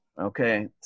Okay